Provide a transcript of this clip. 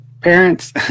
parents